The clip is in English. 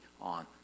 on